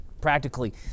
practically